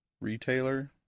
retailer